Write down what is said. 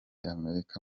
amerika